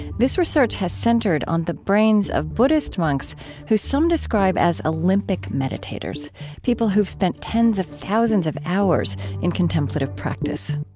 this research has centered on the brains of buddhist monks who some describe as olympic meditators people who have spent tens of thousands of hours in contemplative practice